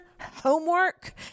homework